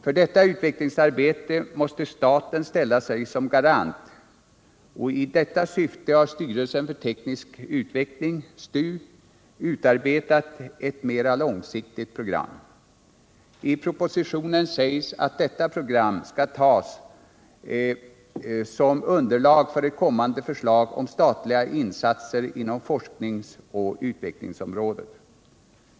För detta utvecklingsarbete måste staten ställa sig som garant, och i detta syfte har styrelsen för teknisk utveckling — STU — utarbetat ett mera långsiktigt program. I propositionen sägs att detta program skall användas som underlag för ett kommande förslag om statliga insatser inom forskningsoch utvecklingsområdet.